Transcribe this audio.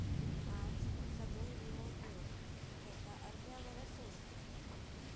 आज सगळे वीमो घेवन त्याका अर्ध्यावर सोडतत